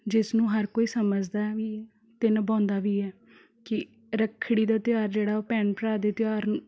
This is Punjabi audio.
ਜਿਸ ਨੂੰ ਹਰ ਕੋਈ ਸਮਝਦਾ ਵੀ ਅਤੇ ਨਿਭਾਉਂਦਾ ਵੀ ਹੈ ਕਿ ਰੱਖੜੀ ਦਾ ਤਿਉਹਾਰ ਜਿਹੜਾ ਉਹ ਭੈਣ ਭਰਾ ਦੇ ਤਿਉਹਾਰ